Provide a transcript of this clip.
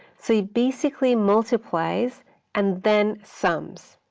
so it basically multiplies and then sums.